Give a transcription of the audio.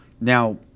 now